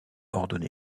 ordonné